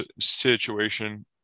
situation